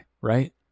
right